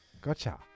Gotcha